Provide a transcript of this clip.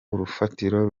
urufatiro